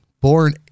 born